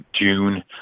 June